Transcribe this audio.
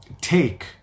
take